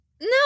no